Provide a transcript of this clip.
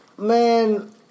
Man